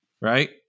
right